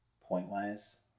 point-wise